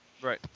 Right